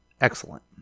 excellent